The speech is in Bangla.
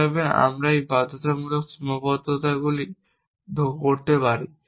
মনে রাখবেন আমরা এই বাধ্যতামূলক সীমাবদ্ধতাগুলি করতে পারি